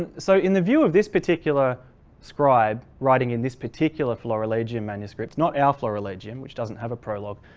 and so in the view of this particular scribe writing in this particular florilegium manuscripts not our florilegium which doesn't have a prologue,